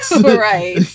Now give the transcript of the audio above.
right